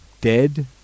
Dead